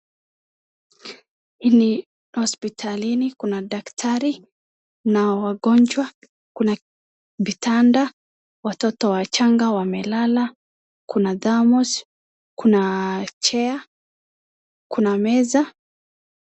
Hii ni hospitalini kuna daktari na wagonjwa, kuna vitanda, watoto wachanga wamelala. Kuna thermos , kuna chair kuna meza.